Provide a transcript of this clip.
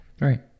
right